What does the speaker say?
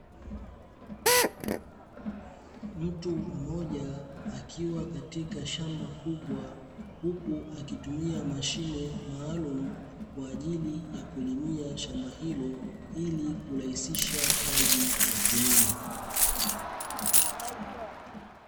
Mtu mmoja akiwa katika shamba kubwa, huku akitumia mashine maalumu kwa ajili ya kulimia shamba hilo ili kurahisisha kazi ya kilimo.